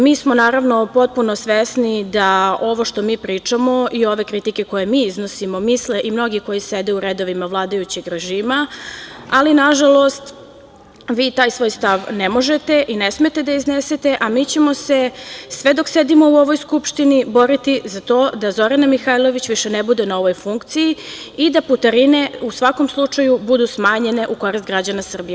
Mi smo, naravno, potpuno svesni da ovo što mi pričamo i ove kritike koje mi iznosimo misle i mnogi koji sede u redovima vladajućeg režima, ali nažalost vi taj svoj stav ne možete i ne smete da iznesete, a mi ćemo se sve dok sedimo u ovoj Skupštini boriti za to da Zorna Mihajlović više ne bude na ovoj funkciji i da putarine u svakom slučaju budu smanjene u korist građana Srbije.